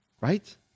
right